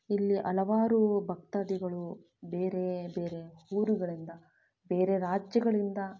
ಇಲ್ಲಿ ಹಲವಾರು ಭಕ್ತಾದಿಗಳು ಬೇರೆ ಬೇರೆ ಊರುಗಳಿಂದ ಬೇರೆ ರಾಜ್ಯಗಳಿಂದ